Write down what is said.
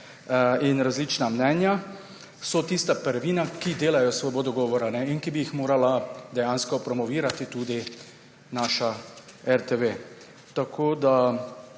in različna mnenja so tista prvina, ki delajo svobodo govora in ki bi jih morala dejansko promovirati tudi naša RTV. Še